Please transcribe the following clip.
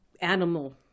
animal